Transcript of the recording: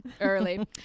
Early